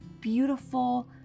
beautiful